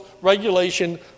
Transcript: regulation